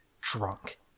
drunk